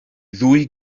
ddwy